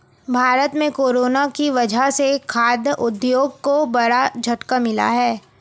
भारत में कोरोना की वजह से खाघ उद्योग को बड़ा झटका मिला है